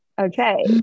Okay